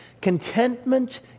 contentment